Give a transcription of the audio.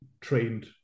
trained